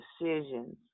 decisions